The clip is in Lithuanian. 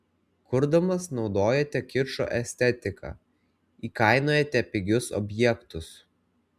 kurdamas naudojate kičo estetiką įkainojate pigius objektus